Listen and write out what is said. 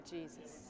Jesus